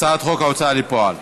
הצעת חוק ההוצאה לפועל.